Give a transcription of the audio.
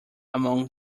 among